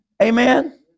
Amen